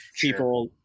people